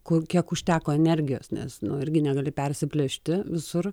ku kiek užteko energijos nes nu irgi negali persiplėšti visur